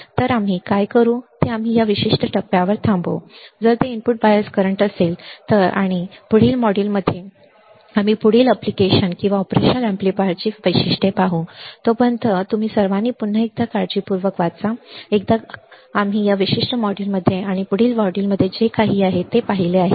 तर आम्ही काय करू ते आम्ही या विशिष्ट टप्प्यावर थांबवू जर ते इनपुट बायस करंट असेल आणि पुढील मॉड्यूलमध्ये आम्ही पुढील अनुप्रयोग किंवा ऑपरेशन अॅम्प्लीफायरची पुढील वैशिष्ट्ये पाहू तोपर्यंत तुम्ही सर्वांनी पुन्हा एकदा काळजीपूर्वक वाचा एकदा काय आम्ही या विशिष्ट मॉड्यूलमध्ये आणि पुढील मॉड्यूलमध्ये जे काही पाहिले आहे